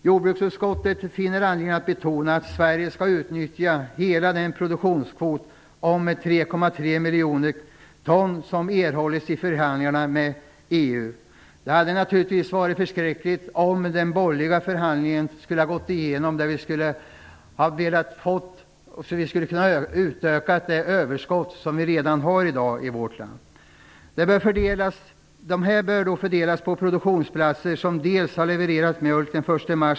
Jordbruksutskottet finner anledning att betona att Sverige skall utnyttja hela den produktionskvot om EU. Det hade naturligtvis varit förskräckligt om den borgerliga förhandlingen hade gått igenom, så att vi hade kunnat utöka det överskott som vi redan i dag har i vårt land.